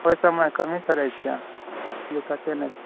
ओहि सभमे कमी थोड़े छै दिक्कते नहि छै